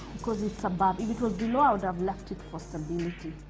because it's above, if it was below i'd have left it for stability.